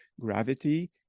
gravity